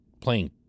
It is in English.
playing